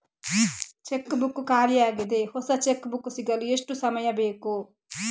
Check book ಖಾಲಿ ಯಾಗಿದೆ, ಹೊಸ ಚೆಕ್ ಬುಕ್ ಸಿಗಲು ಎಷ್ಟು ಸಮಯ ಬೇಕು?